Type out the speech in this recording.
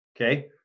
Okay